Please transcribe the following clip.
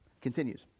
Continues